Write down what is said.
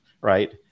right